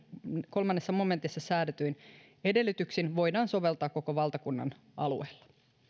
kolmannessa momentissa säädetyin edellytyksin voidaan soveltaa koko valtakunnan alueella